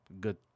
good